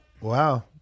Wow